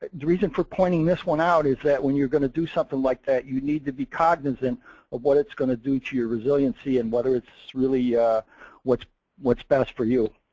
the reason for pointing this one out is that when you're gonna do something like that you need to be cognizant of what it's gonna do to your resiliency and whether it's really what's what's best for you.